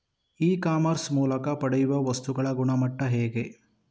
E commerce ಮೂಲಕ ಪಡೆಯುವ ವಸ್ತುಗಳ ಗುಣಮಟ್ಟ ಹೇಗೆ?